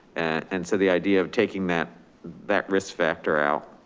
and so the idea of taking that that risk factor out